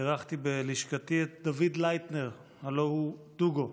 אירחתי בלשכתי את דוד לייטנר, הלוא הוא דוגו.